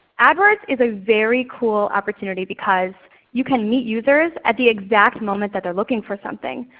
adwords is a very cool opportunity because you can meet users at the exact moment that they're looking for something.